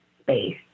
space